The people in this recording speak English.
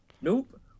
nope